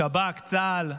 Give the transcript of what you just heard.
שב"כ, צה"ל,